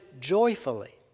joyfully